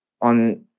On